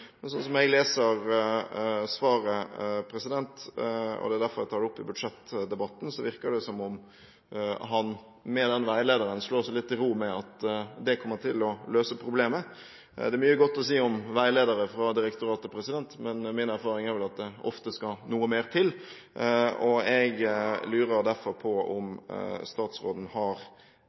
Men sånn jeg leser svaret – og det er derfor jeg tar det opp i budsjettdebatten – virker det som om han med den veilederen slår seg litt til ro med at den kommer til å løse problemet. Det er mye godt å si om veiledere fra direktoratet, men min erfaring er vel at det ofte skal noe mer til. Jeg lurer derfor på om statsråden har